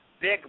Big